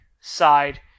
side